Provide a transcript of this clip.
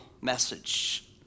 message